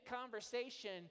conversation